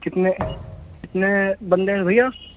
کتنے کتنے بندے ہیں بھیا